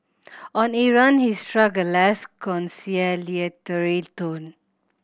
on Iran he struck a less conciliatory tone